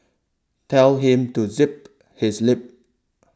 tell him to zip his lip